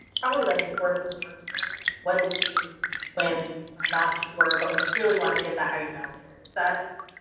probably like an orphan works question, like what do we do when we are not sure but we really want to get that item out there. is that?